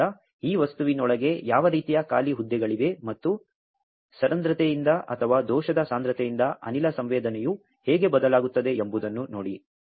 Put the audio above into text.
ಆದ್ದರಿಂದ ಈ ವಸ್ತುವಿನೊಳಗೆ ಯಾವ ರೀತಿಯ ಖಾಲಿ ಹುದ್ದೆಗಳಿವೆ ಮತ್ತು ಸರಂಧ್ರತೆಯಿಂದ ಅಥವಾ ದೋಷದ ಸಾಂದ್ರತೆಯಿಂದ ಅನಿಲ ಸಂವೇದನೆಯು ಹೇಗೆ ಬದಲಾಗುತ್ತದೆ ಎಂಬುದನ್ನು ನೋಡಿ